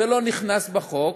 זה לא נכנס לחוק,